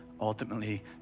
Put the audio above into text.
ultimately